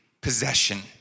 possession